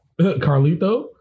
Carlito